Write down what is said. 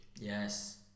Yes